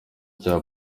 kuri